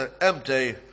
empty